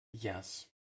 Yes